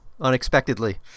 unexpectedly